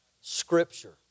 scripture